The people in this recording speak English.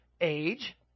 Age